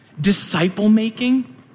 Disciple-making